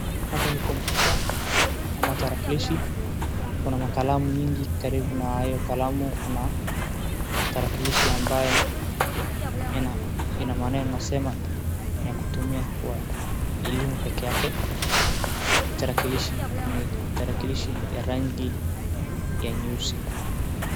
Hapa ni kompyuta ama tarakilishi. Kuna makalamu nyingi. Karibu na hiyo kalamu kuna tarakilishi ambaye ina maneno inayo sema ni ya kutumia kwa elimu peke yake. Hii tarakilishi ni tarakilishi ya rangi ya nyeusi